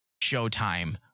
Showtime